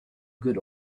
good